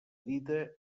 dida